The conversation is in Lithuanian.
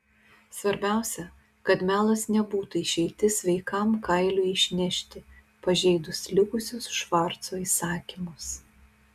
svarbiausia kad melas nebūtų išeitis sveikam kailiui išnešti pažeidus likusius švarco įsakymus